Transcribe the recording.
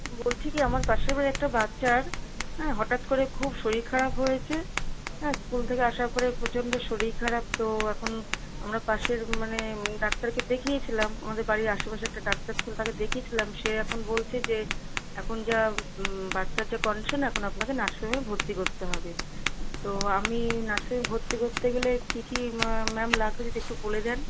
বলছি কি আমার পাশের একটা বাচ্চার হ্যাঁ হঠাৎ করে খুব শরীর খারাপ হয়েছে হ্যাঁ স্কুল থেকে আসার পরে প্রচণ্ড শরীর খারাপ তো এখন আমরা পাশের মানে ডাক্তারকে দেখিয়েছিলাম আমাদের বাড়ির আশেপাশে একটা ডাক্তার ছিল তাকে দেখিয়েছিলাম সে এখন বলছে যে এখন যা বাচ্চার যা কন্ডিশন এখন আপনাকে নার্সিং হোমে ভর্তি করতে হবে তো আমি নার্সিং হোমে ভর্তি করতে গেলে কী কী ম্যা ম্যাম লাগবে যদি একটু বলে দেন